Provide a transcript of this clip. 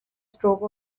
stroke